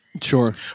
sure